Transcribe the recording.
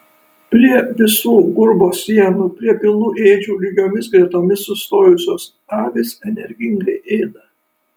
prie visų gurbo sienų prie pilnų ėdžių lygiomis gretomis sustojusios avys energingai ėda